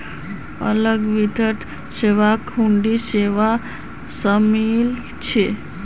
अलग वित्त सेवात हुंडी सेवा शामिल छ